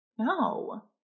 no